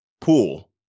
pool